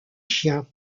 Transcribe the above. chien